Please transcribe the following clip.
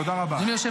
תודה רבה.